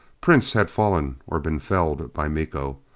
prince had fallen or been felled by miko.